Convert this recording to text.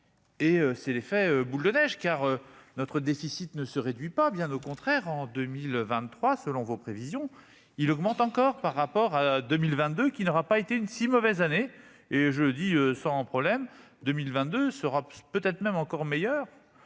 et c'est l'effet boule de neige, car notre déficit ne se réduit pas, bien au contraire, en 2023 selon vos prévisions, il augmente encore par rapport à 2022 qui n'aura pas été une si mauvaise année et je le dis sans problème 2022 sera peut-être même encore meilleur